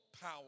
power